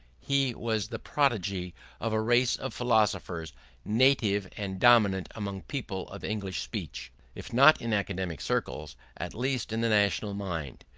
he was the prototype of a race of philosophers native and dominant among people of english speech, if not in academic circles, at least in the national mind.